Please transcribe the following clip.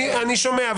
אני שומע,